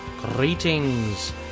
Greetings